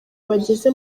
bageze